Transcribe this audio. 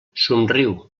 somriu